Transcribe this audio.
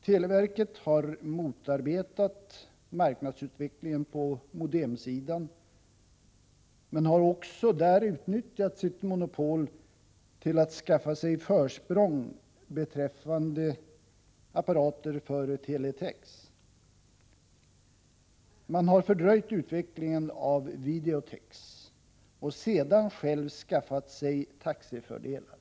Televerket har motarbetat marknadsutvecklingen på modemsidan, men har där också utnyttjat sitt monopol till att skaffa sig försprång beträffande apparater för teletex. Televerket har fördröjt utvecklingen av videotex, och sedan självt skaffat sig taxefördelar.